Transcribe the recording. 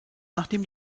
nachdem